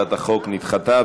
הצעת החוק נדחתה.